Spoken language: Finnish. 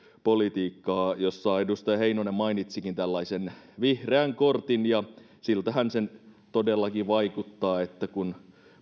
politiikkaa edustaja heinonen mainitsikin tällaisen vihreän kortin ja siltähän se todellakin vaikuttaa että kun